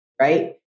right